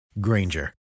Granger